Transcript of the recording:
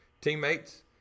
teammates